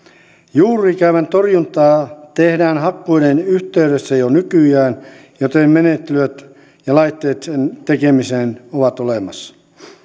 juurikäävän torjuntaa tehdään hakkuiden yhteydessä jo nykyään joten menettelyt ja laitteet sen tekemiseen ovat olemassa